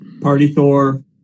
Party-Thor